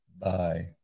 Bye